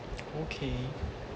okay